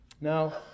Now